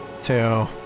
two